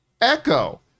Echo